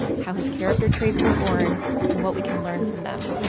how his character traits were born and what we can learn from them